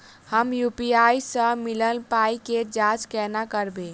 हम यु.पी.आई सअ मिलल पाई केँ जाँच केना करबै?